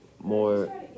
more